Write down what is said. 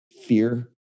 fear